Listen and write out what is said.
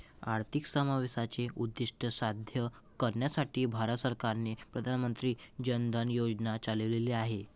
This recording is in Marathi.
आर्थिक समावेशाचे उद्दीष्ट साध्य करण्यासाठी भारत सरकारने प्रधान मंत्री जन धन योजना चालविली आहेत